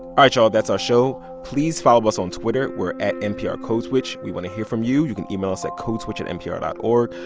right, y'all. that's our show. please follow us on twitter. we're at nprcodeswitch. we want to hear from you. you can email us at codeswitch at npr dot o